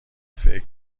فکر